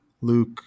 Luke